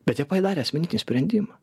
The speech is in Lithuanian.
bet jie padarė asmeninį sprendimą